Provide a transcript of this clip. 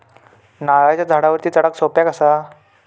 नारळाच्या झाडावरती चडाक सोप्या कसा?